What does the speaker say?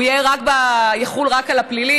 הוא יחול רק על הפלילי,